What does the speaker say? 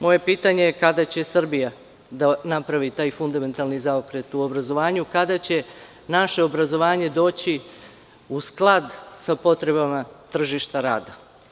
Moje pitanje je – kada će Srbija da napravi taj fundamentalni zaokret u obrazovanju, kada će naše obrazovanje doći u sklad sa potrebama tržišta rada?